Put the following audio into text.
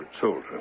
soldier